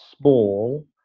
small